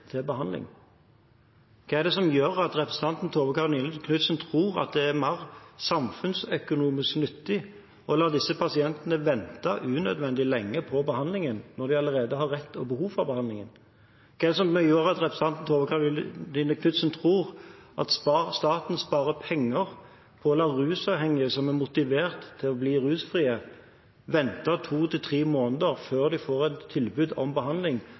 til behandling. Hva er det som gjør at representanten Tove Karoline Knutsen tror at det er mer samfunnsøkonomisk nyttig å la disse pasientene vente unødvendig lenge på behandlingen når de allerede har rett til og behov for behandlingen? Hva er det som gjør at representanten Tove Karoline Knutsen tror at staten sparer penger på å la rusavhengige som er motivert til å bli rusfrie, vente to til tre måneder før de får et tilbud om behandling,